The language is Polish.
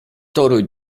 toruj